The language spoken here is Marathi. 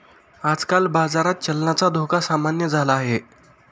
आजकाल बाजारात चलनाचा धोका सामान्य झाला आहे